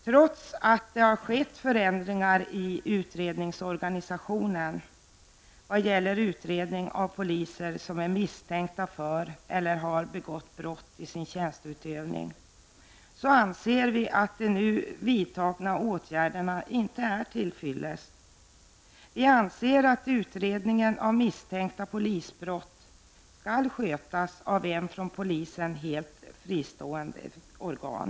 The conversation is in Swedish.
Trots att det har skett förändringar i utredningsorganisationen i vad gäller utredningar av poliser som är misstänkta för eller har begått brott i sin tjänsteutövning, anser vi att de nu vidtagna åtgärderna inte är till fyllest. Utredningar av misstänkta polisbrott bör skötas av ett från polisen helt fristående organ.